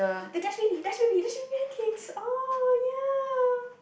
the pancakes orh ya